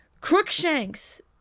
Crookshanks